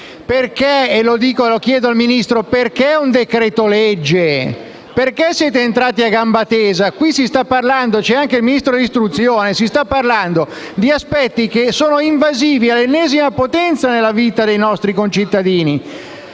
genesi. Chiedo al Ministro perché si è adottato un decreto-legge? Perché siete entrati a gamba tesa? Si sta parlando - c'è anche il Ministro dell'istruzione - di aspetti invasivi all'ennesima potenza nella vita dei nostri concittadini.